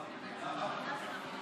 גם בחוק הצרפתי,